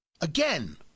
again